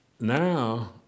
Now